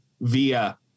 via